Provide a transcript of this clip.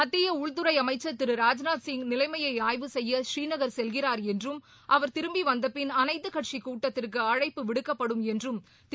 மத்திய உள்துறை அமைச்சர் திரு ராஜ்நாத் சிங் நிலைமையை ஆய்வு செய்ய ப்ரீநகர் செல்கிறார் என்றும் அவர் திரும்பி வந்தபின் அனைத்து கட்சிக் கூட்டத்திற்கு அழைப்பு விடுக்கப்படும் என்றும் திரு